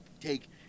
take